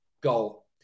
goal